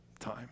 time